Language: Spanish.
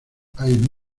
hay